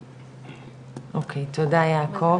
אוקי, תודה יעקב.